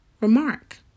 remark